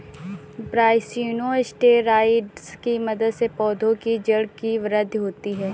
brassinosteroids की मदद से पौधों की जड़ की वृद्धि होती है